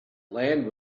land